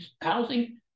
housing